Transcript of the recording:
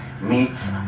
meets